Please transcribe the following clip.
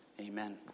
Amen